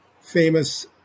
famous